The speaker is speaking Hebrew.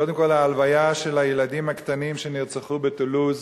קודם כול, ההלוויה של הילדים הקטנים שנרצחו בטולוז